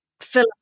fill